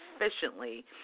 efficiently